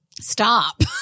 Stop